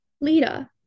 Lita